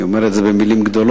ואני אומר את זה במלים גדולות,